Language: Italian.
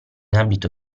abito